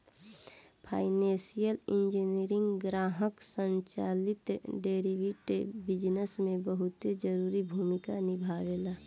financial engineering ग्राहक संचालित derivative business में बहुत जरूरी भूमिका निभावेला